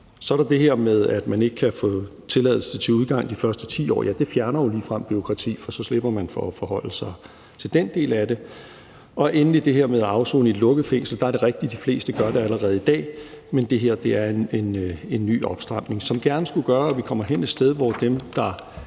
Så er der det her med, at man ikke kan få tilladelse til udgang de første 10 år. Det fjerner jo ligefrem noget bureaukrati, for så slipper man for at forholde sig til den del af det. Endelig er der det her med at afsone i et lukket fængsel. Der er det rigtigt, at de fleste allerede gør det i dag, men det her er en ny opstramning, som gerne skulle gøre, at vi kommer et sted hen, hvor dem, der